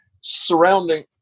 surrounding